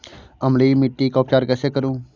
अम्लीय मिट्टी का उपचार कैसे करूँ?